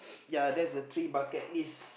ya that's the three bucket list